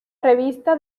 revista